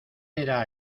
era